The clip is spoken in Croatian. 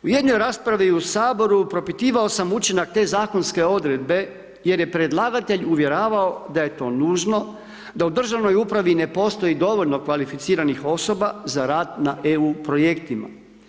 U jednoj raspravi u HS-u propitivao sam učinak te zakonske odredbe jer je predlagatelj uvjeravao da je to nužno, da u državnoj upravi ne postoji dovoljno kvalificiranih osoba za rad na EU Projektima.